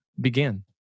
begin